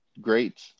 great